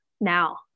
now